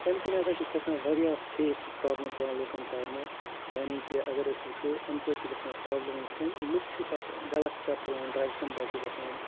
تَمہِ کِنۍ ہَسا چھِ گژھان واریاہ فیس چھِ پرٛابلِم پیٚوان لُکَن کَرنہِ یعنی کہِ اگر أسۍ وٕچھو اَمہِ سۭتۍ چھِ گژھان پرٛابلِم یِتھ کٔنۍ لُکھ چھِ پَتہٕ غلط سِٹٮ۪پ تُلان ڈرٛگزَن پٮ۪ٹھ چھِ گژھان